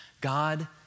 God